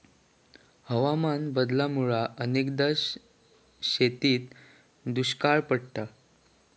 हवामान बदलामुळा अनेकदा शेतीत दुष्काळ पडता